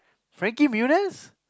Frankie-Muniz